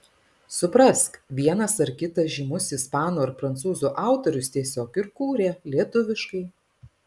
suprask vienas ar kitas žymus ispanų ar prancūzų autorius tiesiog ir kūrė lietuviškai